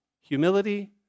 humility